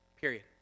Period